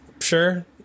sure